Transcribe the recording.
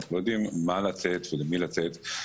אנחנו לא יודעים מה לתת ולמי לתת.